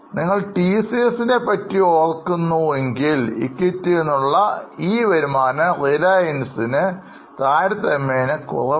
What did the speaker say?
നിങ്ങൾ T C S എസിനെ ഓർക്കുന്നു എങ്കിൽ ഇക്വിറ്റിയിൽ നിന്നുള്ള ഈ വരുമാനം റിലയൻസിനു കുറവാണ്